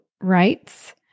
rights